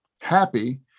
happy